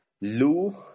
Lou